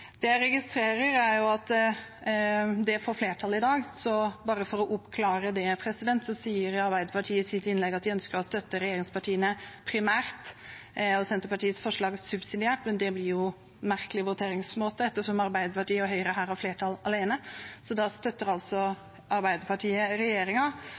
Jeg registrerer at dette får flertall i dag. Bare for å oppklare noe: Arbeiderpartiet sa i sitt innlegg at de ønsker å støtte regjeringspartiene primært og Senterpartiets forslag subsidiært. Det blir jo en merkelig voteringsmåte, ettersom Arbeiderpartiet og Høyre her har flertall alene, så da støtter altså